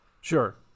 Sure